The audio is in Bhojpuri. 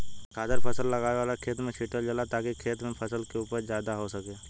खादर फसल लगावे वाला खेत में छीटल जाला ताकि खेत में फसल के उपज ज्यादा हो सके